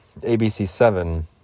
ABC7